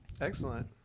Excellent